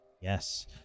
Yes